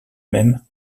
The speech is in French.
mêmes